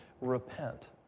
repent